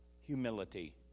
Humility